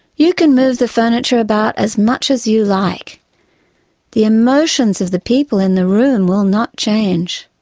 you can move the furniture about as much as you like the emotions of the people in the room will not change.